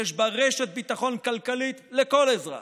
שיש בה רשת ביטחון כלכלית לכל אזרח.